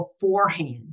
beforehand